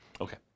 Okay